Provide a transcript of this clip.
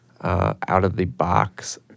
out-of-the-box